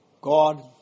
God